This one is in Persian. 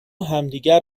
همدیگه